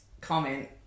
comment